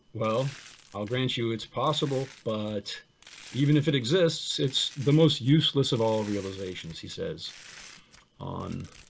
well i'll grant you it's possible, but even if it exists it's the most useless of all realizations he says on